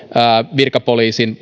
virkapoliisin